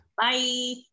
Bye